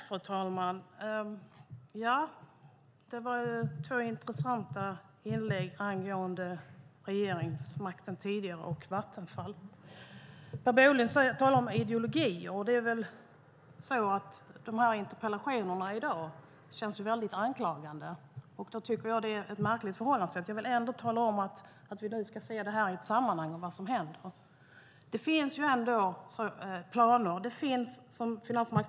Fru talman! Det var två intressanta inlägg angående regeringsmakten tidigare och Vattenfall. Per Bolund talar om ideologi, och dessa interpellationer känns mycket anklagande. Det tycker jag är ett märkligt förhållningssätt. Jag vill ändå tala om att vi nu ska se detta i ett sammanhang av vad som händer. Det finns, som finansmarknadsministern har sagt, planer och åtgärder.